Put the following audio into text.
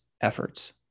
efforts